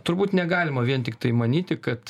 turbūt negalima vien tiktai manyti kad